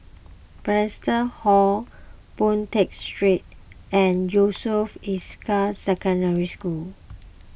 Bethesda Hall Boon Tat Street and Yusof Ishak Secondary School